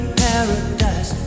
paradise